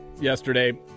yesterday